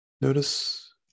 Notice